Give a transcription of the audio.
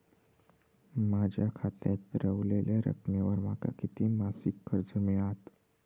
माझ्या खात्यात रव्हलेल्या रकमेवर माका किती मासिक कर्ज मिळात?